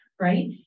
right